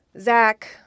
Zach